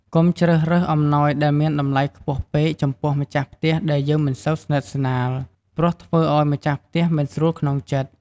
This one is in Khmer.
កុំជ្រើសរើសអំណោយដែលមានតម្លៃខ្ពស់ពេកចំពោះម្ចាស់ផ្ទះដែលយើងមិនសូវស្និតស្នាលព្រោះធ្វើឲ្យម្ចាស់ ផ្ទះមិនស្រួលក្នុងចិត្ត។